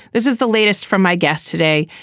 this is the latest from my guest today,